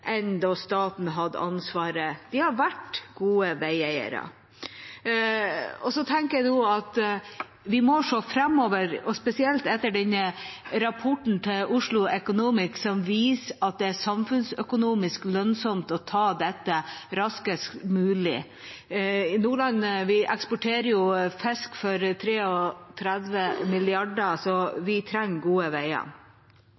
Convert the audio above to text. enn da staten hadde ansvaret. De har vært gode veieiere. Så tenker jeg nå at vi må se framover, og spesielt etter rapporten fra Oslo Economics, som viser at det er samfunnsøkonomisk lønnsomt å ta dette raskest mulig. I Nordland eksporterer vi fisk for 33 mrd. kr, så